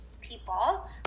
people